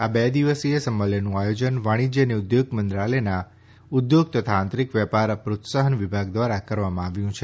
આ બે દિવસીય સંમેલનનું આયોજન વાણિષ્ઠ્ય અને ઉદ્યોગ મંત્રાલયનાં ઉદ્યોગ તથા આંતરીક વેપાર પ્રોત્સાહન વિભાગ દ્વારા કરવામાં આવ્યું છે